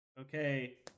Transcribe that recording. Okay